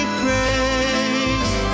praise